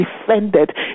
defended